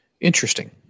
interesting